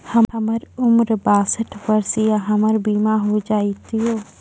हमर उम्र बासठ वर्ष या हमर बीमा हो जाता यो?